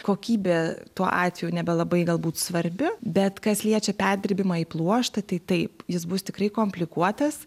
kokybė tuo atveju nebelabai galbūt svarbi bet kas liečia perdirbimą į pluoštą tai taip jis bus tikrai komplikuotas